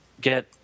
get